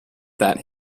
that